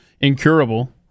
incurable